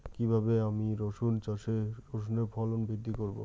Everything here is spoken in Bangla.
কীভাবে আমি রসুন চাষে রসুনের ফলন বৃদ্ধি করব?